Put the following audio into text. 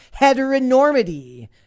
heteronormity